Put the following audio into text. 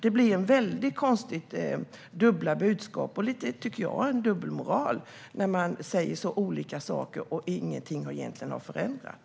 Det blir väldigt konstigt med dubbla budskap och lite grann en dubbelmoral när man säger så olika saker och ingenting egentligen har förändrats.